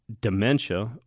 dementia